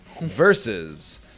versus